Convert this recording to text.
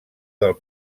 del